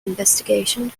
investigation